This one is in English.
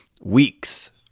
weeks